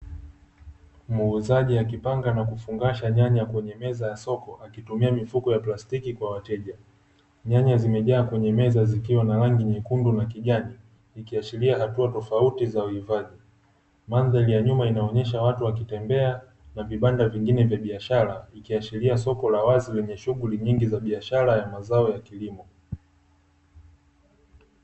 Muuzaji akipanga na kufungasha nyanya kwenye meza ya soko akitumia mifiuko ya plastiki kwa wateja. Nyanya zimejaa kwenye meza zikiwa na rangi nyekundu na kijani zikiashiria hatua tofauti za uhivaji, mandhari ya nyuma inaonyesha watu wakitembea na vibanda vingine vya biashara ikiashiria soko la wazi lenye shughuli nyingi za biashara ya mazao ya kilimo.